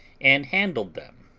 and handled them,